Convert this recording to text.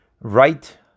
right